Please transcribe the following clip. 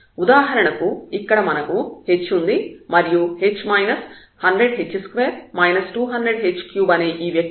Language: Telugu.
ఉదాహరణకు ఇక్కడ మనకు h ఉంది మరియు h 100h2 200h3 అనే ఈ వ్యక్తీకరణ ఉంది